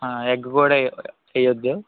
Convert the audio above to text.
ఆ ఎగ్ కూడా వేయద్దు